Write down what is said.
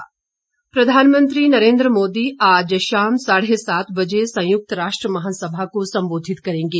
प्रधानमंत्री प्रधानमंत्री नरेंद्र मोदी आज शाम साढ़े सात बजे संयुक्त राष्ट्र महासभा को संबोधित करेंगे